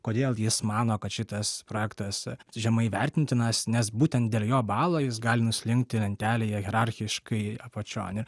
kodėl jis mano kad šitas projektas žemai vertintinas nes būtent dėl jo balo jis gali nuslinkti lentelėje hierarchiškai apačion ir